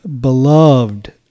Beloved